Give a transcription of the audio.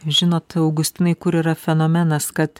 žinot augustinai kur yra fenomenas kad